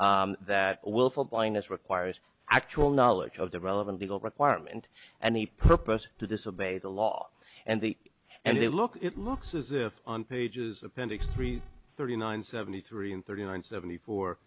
f that willful blindness requires actual knowledge of the relevant legal requirement and the purpose to disobey the law and the and the look it looks as if on pages appendix three thirty nine seventy three and thirty nine seventy four